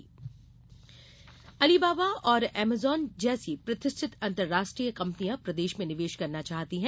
निवेश अलीबाबा और अमेजान जैसी प्रतिष्ठित अंतर्राष्ट्रीय कम्पनियाँ प्रदेश में निवेश करना चाहती हैं